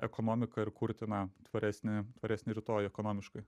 ekonomiką ir kurti na tvaresnį tvaresnį rytojų ekonomiškai